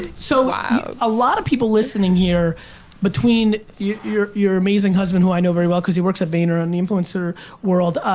so a lot of people listening here between your your amazing husband, who i know very well cause he works at vayner on the influencer world.